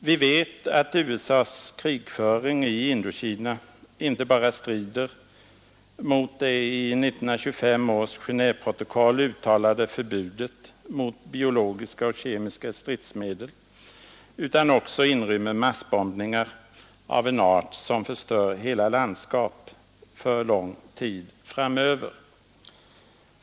Vi vet att USA:s krigföring i Indokina inte bara strider mot det i 1925 års Genéveprotokoll uttalade förbudet mot biologiska och kemiska stridsmedel utan också inrymmer massbombningar av en art som förstör hela landskap för lång tid framöver.